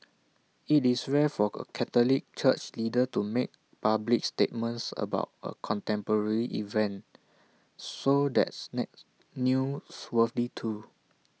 IT is rare for A Catholic church leader to make public statements about A contemporary event so that's nets newsworthy too